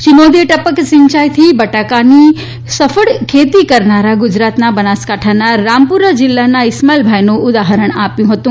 શ્રી મોદીએ ટપક સિંચાઇથી બટાટાની સફળ ખેતી કરનારા ગુજરાતના બનાસકાંઠાના રામપુરા ગામના ઇસ્માઇલભાઈનું ઉદાહરણ આપ્યું હતુ